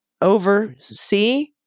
oversee